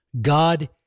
God